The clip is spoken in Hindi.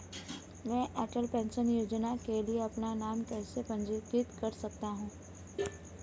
मैं अटल पेंशन योजना के लिए अपना नाम कैसे पंजीकृत कर सकता हूं?